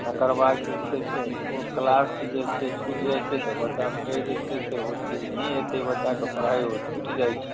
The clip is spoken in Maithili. आओर तकर बाद जे छै से ओ क्लास जे छै छुटि जाइ छै तऽ बच्चाके जे छै ओ चीज नहि एतै बच्चाके पढ़ाइ ओ छुटि जाइ छै